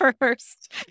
first